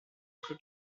claude